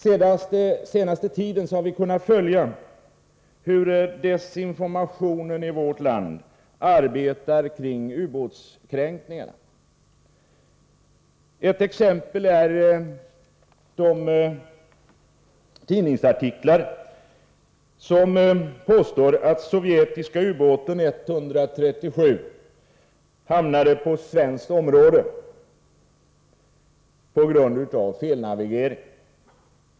Under den senaste tiden har vi kunnat följa hur desinformationen i vårt land arbetar kring ubåtskränkningarna. Ett exempel är de tidningsartiklar som påstår att den sovjetiska ubåten 137 hamnade på svenskt område på grund av en felnavigering.